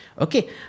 Okay